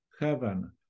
heaven